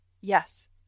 yes